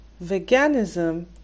veganism